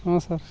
ହଁ ସାର୍